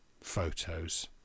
photos